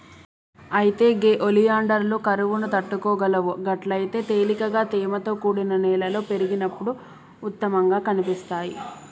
అయితే గే ఒలియాండర్లు కరువును తట్టుకోగలవు గట్లయితే తేలికగా తేమతో కూడిన నేలలో పెరిగినప్పుడు ఉత్తమంగా కనిపిస్తాయి